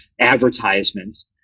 advertisements